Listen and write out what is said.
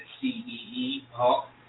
C-E-E-Hawk